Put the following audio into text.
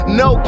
no